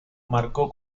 marcó